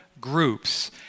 groups